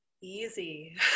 easy